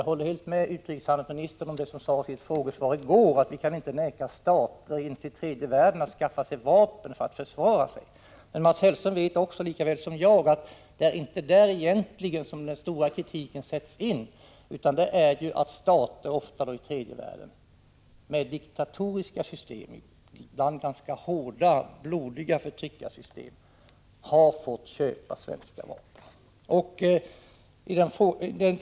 Jag håller helt med utrikeshandelsministern om det som sades i ett frågesvar i går, att vi inte kan neka ens stater i tredje världen att skaffa sig vapen för att försvara sig. Mats Hellström vet emellertid lika väl som jag att det egentligen inte är på den punkten som den skarpa kritiken sätts in. Kritiken gäller det faktum att stater, ofta i tredje världen, med diktatoriska system, ibland ganska hårda och blodiga förtryckarsystem, har fått köpa svenska vapen.